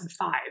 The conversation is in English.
2005